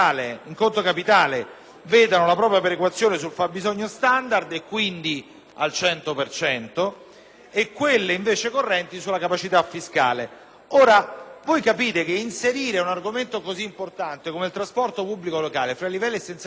e quelle invece correnti sulla capacità fiscale. Ora, capite che inserire un servizio così importante come il trasporto pubblico locale fra i livelli essenziali delle prestazioni cambia radicalmente il livello di qualità del servizio offerto ai cittadini in tutto il Paese.